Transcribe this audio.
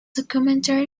documentary